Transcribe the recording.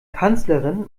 kanzlerin